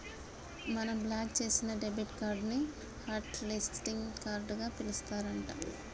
మనం బ్లాక్ చేసిన debit card ని హట్ లిస్టింగ్ కార్డుగా పిలుస్తారు అంట